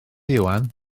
iwan